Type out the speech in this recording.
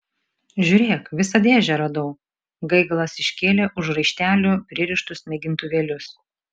žiūrėk visą dėžę radau gaigalas iškėlė už raištelių pririštus mėgintuvėlius